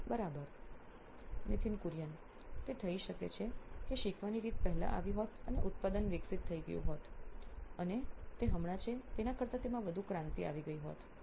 Nithin Kurian COO નોઇન electronics તે થઈ શકે છે કે શીખવાની રીત પહેલા આવી હોત અને ઉત્પાદન વિકસિત થઈ ગયું હોત અને અને તે હમણાં છે તેના કરતાં તેમાં વધુ ક્રાંતિ આવી ગઈ હોત